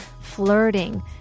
flirting